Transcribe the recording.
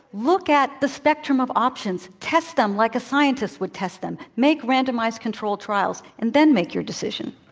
look at the spectrum of options. test them, like a scientist would test them. make randomized control trials, and then make your decision.